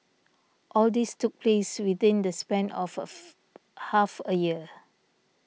all this took place within the span of of half a year